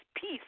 peace